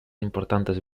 importantes